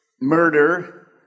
murder